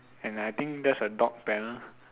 and I think that's a dog panel